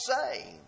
say